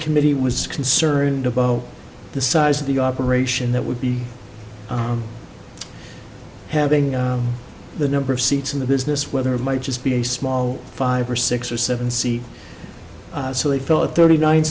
committee was concerned about the size of the operation that would be having the number of seats in the business whether it might just be a small five or six or seven c so they thought thirty nine